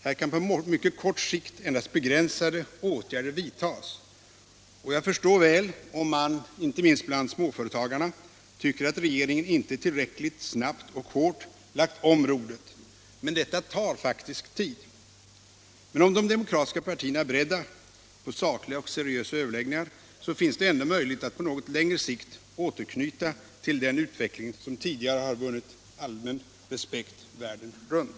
Här kan på mycket kort sikt endast begränsade åtgärder vidtas, och jag förstår väl om man inte minst bland småföretagarna tycker att regeringen inte tillräckligt snabbt och hårt lagt om rodret, men detta tar faktiskt tid. Är emellertid de demokratiska partierna beredda på sakliga och seriösa överläggningar, finns det ändå möjlighet att på något längre sikt återknyta till den utveckling som tidigare vunnit allmän respekt världen runt.